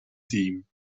team